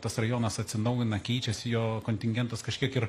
tas rajonas atsinaujina keičiasi jo kontingentas kažkiek ir